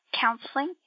counseling